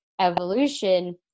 evolution